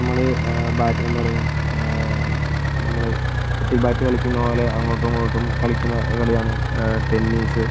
നമ്മൾ ബ എന്താ പറയാ നമ്മൾ ഷട്ടിൽ ബാറ്റ് കളിക്കുന്ന പോലെ അങ്ങോട്ടുമിങ്ങോട്ടും കളിക്കുന്ന കളിയാണ് ടെന്നീസ്